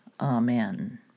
Amen